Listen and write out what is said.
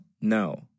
no